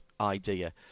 idea